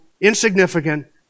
Insignificant